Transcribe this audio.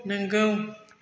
नोंगौ